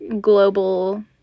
global